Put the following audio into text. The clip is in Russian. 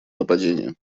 нападения